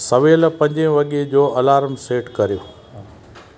सवेलु पंजे वगे जो अलार्म सेट कयो